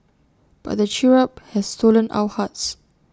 but the cherub has stolen our hearts